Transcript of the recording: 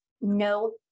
no